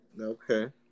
Okay